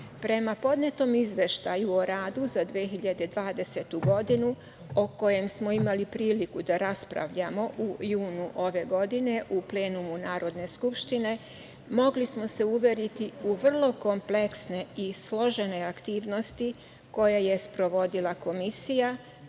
podnetom Izveštaju o radu za 2020. godinu, o kojem smo imali priliku da raspravljamo u junu ove godine u plenumu Narodne skupštine, mogli smo se uveriti u vrlo kompleksne i složene aktivnosti koje je sprovodila Komisija,